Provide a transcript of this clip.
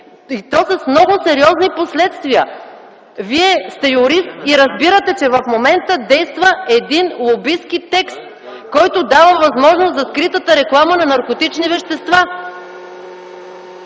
то с много сериозни последствия. Вие сте юрист и разбирате, че в момента действа един лобистки текст, който дава възможност за скритата реклама на наркотични вещества.